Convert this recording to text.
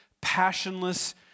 passionless